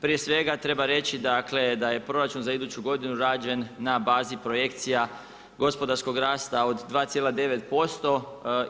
Prije svega treba reći, dakle da je proračun za iduću godinu rađen na bazi projekcija gospodarskog rasta od 2,9%